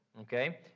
Okay